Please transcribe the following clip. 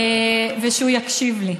ושהוא יקשיב לי,